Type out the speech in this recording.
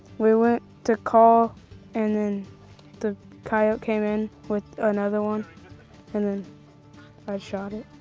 we went to call and then the coyote came in with another one and then i shot it.